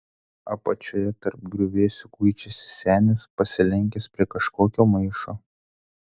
apačioje tarp griuvėsių kuičiasi senis pasilenkęs prie kažkokio maišo